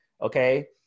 okay